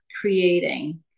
creating